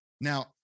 Now